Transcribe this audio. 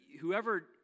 whoever